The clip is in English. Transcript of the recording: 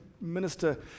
minister